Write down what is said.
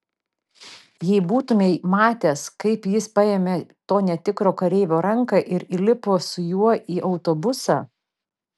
jei būtumei matęs kaip jis paėmė to netikro kareivio ranką ir įlipo su juo į autobusą